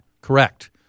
correct